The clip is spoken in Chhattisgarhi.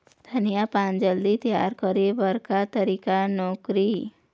धनिया पान जल्दी तियार करे बर का तरीका नोकरी?